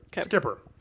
Skipper